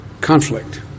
conflict